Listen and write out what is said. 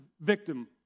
victim